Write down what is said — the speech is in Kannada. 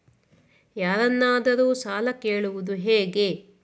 ಯಾರನ್ನಾದರೂ ಸಾಲ ಕೇಳುವುದು ಹೇಗೆ?